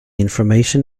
information